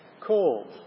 called